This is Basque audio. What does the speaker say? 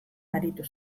aritu